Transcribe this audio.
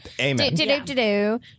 Amen